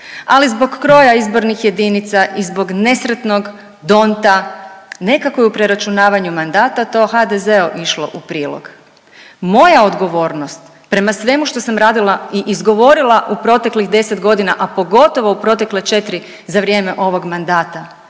ali zbog kroja izbornih jedinica i zbog nesretnog donta nekako je u preračunavanju mandata to HDZ-u išlo u prilog. Moja odgovornost prema svemu što sam radila i izgovorila u proteklih 10 godina, a pogotovo u protekle 4 za vrijeme ovog mandata